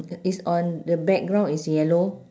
it's on the background is yellow